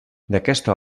d’aquesta